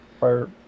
Fire